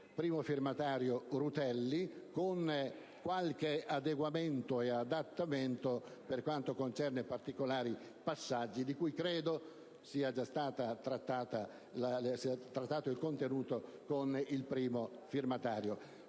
il senatore Rutelli, con qualche adeguamento e adattamento per quanto concerne particolari passaggi, di cui credo sia già stato trattato il contenuto con il primo firmatario.